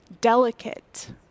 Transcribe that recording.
Delicate